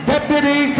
Deputy